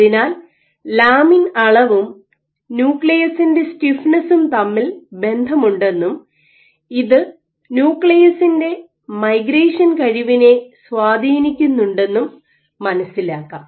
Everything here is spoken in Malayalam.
അതിനാൽ ലാമിൻ അളവും ന്യൂക്ലിയസിന്റെ സ്റ്റിഫ്നെസ്സും തമ്മിൽ ബന്ധമുണ്ടെന്നും ഇത് ന്യൂക്ലിയസിന്റെ മൈഗ്രേഷൻ കഴിവിനെ സ്വാധീനിക്കുന്നുണ്ടെന്നും മനസ്സിലാക്കാം